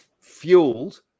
fueled